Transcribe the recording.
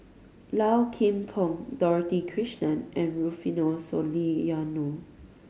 Low Kim Pong Dorothy Krishnan and Rufino Soliano